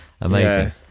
amazing